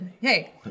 Hey